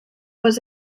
was